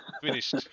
finished